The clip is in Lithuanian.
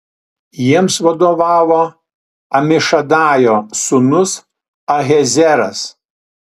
jiems vadovavo amišadajo sūnus ahiezeras